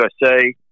USA